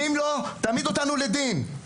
אם לא תעמיד אותנו לדין.